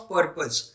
Purpose